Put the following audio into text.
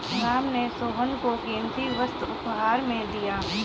राम ने सोहन को कीमती वस्तु उपहार में दिया